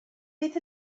beth